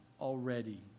already